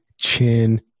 Chin